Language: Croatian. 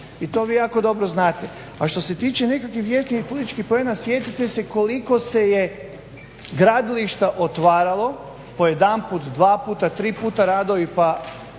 I to vi jako dobro znate. A što se tiče nekakvih jeftinih političkih poena sjetite se koliko se je gradilišta otvaralo po jedanput, dvaput, tri puta radovi pa